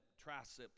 triceps